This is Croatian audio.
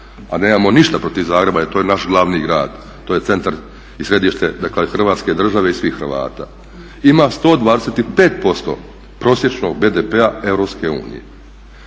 a nemamo ništa protiv Zagreba jer to je naš glavni grad, to je centar i središte Hrvatske države i svih Hrvata, ima 125% prosječnog BDP-a